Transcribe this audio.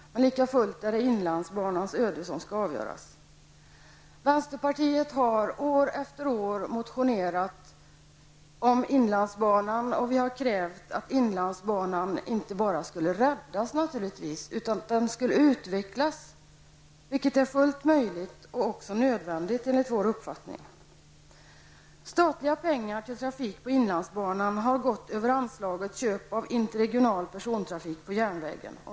Likafullt är det inlandsbanans öde som skall avgöras. Vänsterpartiet har år efter år motionerat om inlandsbanan. Vi har krävt att inlandsbanan inte bara skulle räddas, utan att den skulle utvecklas, vilket enligt vår uppfattning är fullt möjlig och också nödvändigt. Statliga pengar till trafik på inlandsbanan har gått över anslaget Köp av interregional persontrafik på järnväg.